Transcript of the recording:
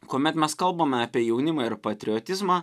kuomet mes kalbame apie jaunimą ir patriotizmą